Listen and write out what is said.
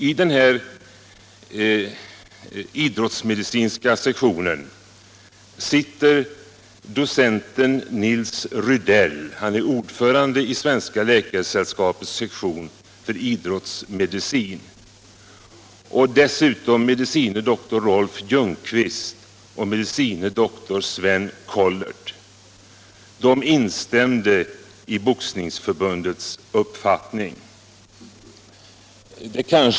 I idrottsmedicinska sektionen sitter docenten Nils Rydell, som är ordförande i Svenska läkaresällskapets sektion för idrottsmedicin, dessutom med. dr Rolf Ljungqvist och med. dr Sven Collert. De instämde i Boxningsförbundets uppfattning.